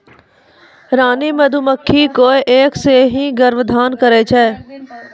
रानी मधुमक्खी कोय एक सें ही गर्भाधान करै छै